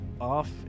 off